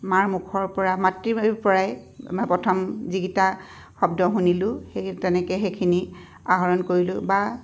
মাৰ মুখৰ পৰা মাতৃৰ পৰাই প্ৰথম যিকেইটা শব্দ শুনিলোঁ সেই তেনেকৈ সেইখিনি আহৰণ কৰিলোঁ বা